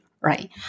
Right